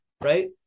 right